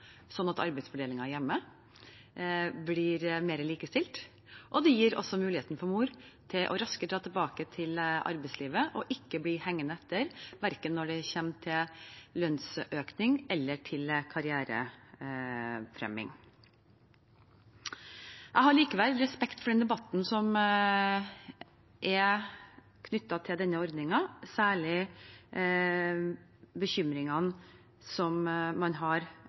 og det gir mor muligheten til raskere å dra tilbake til arbeidslivet og ikke bli hengende etter verken når det gjelder lønnsøkning eller karrierefremming. Jeg har likevel respekt for debatten knyttet til denne ordningen, særlig bekymringene man har